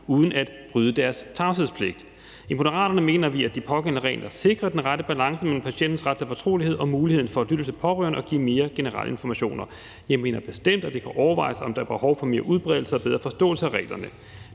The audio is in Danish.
uden at bryde sin tavshedspligt. I Moderaterne mener vi, at de pågældende regler sikrer den rette balance mellem patientens ret til fortrolighed og muligheden for at lytte til pårørende og give mere generelle informationer. Jeg mener bestemt, at det kan overvejes, om der er behov for mere udbredelse og bedre forståelse af reglerne.